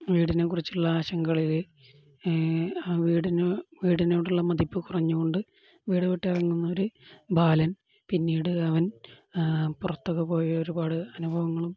വീടിനെക്കുറിച്ചുള്ള ആശങ്കളില് വീടിനോടുള്ള മതിപ്പു കുറഞ്ഞുകണ്ട് വീടു വിട്ടിറങ്ങുന്നൊരു ബാലൻ പിന്നീട് അവൻ പുറത്തൊക്കെ പോയ ഒരുപാട് അനുഭവങ്ങളും